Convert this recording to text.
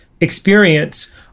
experience